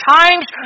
times